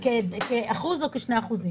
אחוז או כשני אחוזים.